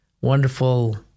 wonderful